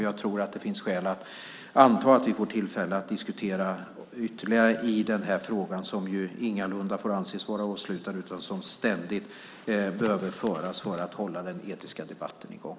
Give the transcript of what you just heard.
Jag tror att det finns skäl att anta att vi får tillfälle att diskutera denna fråga ytterligare som ingalunda får anses vara avslutad utan som ständigt behöver föras för att man ska hålla den etiska debatten i gång.